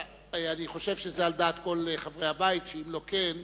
אני חושב שזה על דעת כל חברי הבית, שאם לא כן,